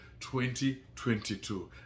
2022